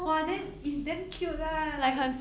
!wah! then it's damn cute lah like